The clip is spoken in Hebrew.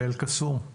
באל-קסום.